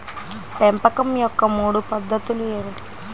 పెంపకం యొక్క మూడు పద్ధతులు ఏమిటీ?